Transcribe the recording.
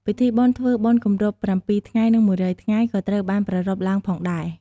ពិធីបុណ្យធ្វើបុណ្យគម្រប់ ៧ថ្ងៃ និង ១០០ថ្ងៃ ក៏ត្រូវបានប្រារព្ធឡើងផងដែរ។